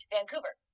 Vancouver